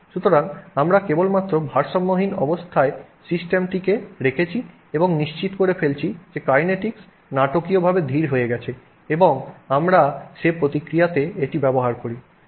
সুতরাং আমরা কেবলমাত্র ভারসাম্যহীন অবস্থায় সিস্টেমটিকে রেখেছি এবং নিশ্চিত করে ফেলছি যে কাইনেটিকস নাটকীয়ভাবে ধীর হয়ে গেছে এবং আমরা সে প্রক্রিয়াতে এটি ব্যবহার করি